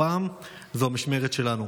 הפעם זו המשמרת שלנו.